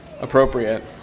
appropriate